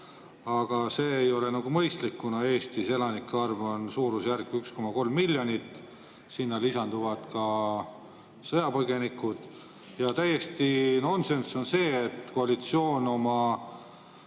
Aga see ei ole mõistlik, kuna Eestis elanike arv on suurusjärgus 1,3 miljonit, sinna lisanduvad sõjapõgenikud. Ja täiesti nonsenss on see, et koalitsioon oma